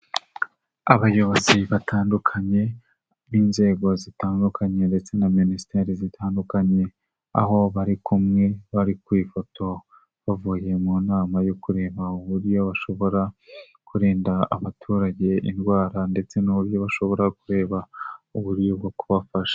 Abayobozi batandukanye, b'inzego zitandukanye ndetse na Minisiteri zitandukanye. Aho bari kumwe bari ku ifoto. Bavuye mu nama yo kureba uburyo bashobora kurinda abaturage indwara ndetse n'uburyo bashobora kureba uburyo bwo kubafasha.